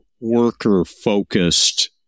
worker-focused